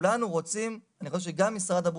כולנו רוצים לייצר שם הסדרה,